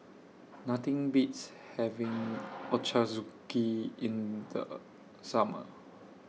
Nothing Beats having Ochazuke in The Summer